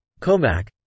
Comac